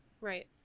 Right